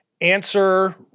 Answer